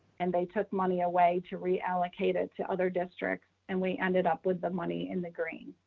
and they took money away to reallocate it to other districts. and we ended up with the money in the green.